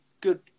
good